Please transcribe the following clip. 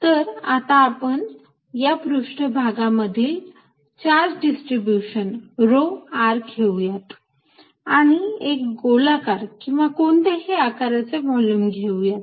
तर आता आपण या पृष्ठभागामधील चार्ज डिस्ट्रीब्यूशन rho r घेऊयात आणि एका गोलाकार किंवा कोणत्याही आकाराचे व्हॉल्युम घेऊयात